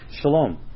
Shalom